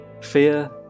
Fear